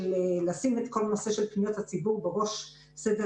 לשים את כל נושא פניות הציבור בראש סדר